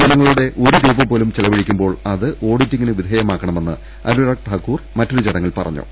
ജനങ്ങളുടെ ഒരു രൂപ പോലും ചെലവഴിക്കുമ്പോൾ അത് ഓഡിറ്റിങ്ങിന് വിധേയമാക്കണമെന്ന് അനുരാഗ് ഠാക്കൂർ മറ്റൊരു ചടങ്ങിൽ പറഞ്ഞു